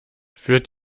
führt